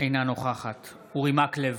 אינה נוכחת אורי מקלב,